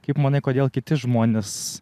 kaip manai kodėl kiti žmonės